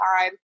time